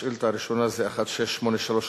השאילתא הראשונה היא מס' 1683,